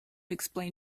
explain